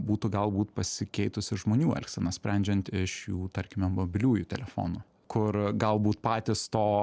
būtų galbūt pasikeitus ir žmonių elgsena sprendžiant iš jų tarkime mobiliųjų telefonų kur galbūt patys to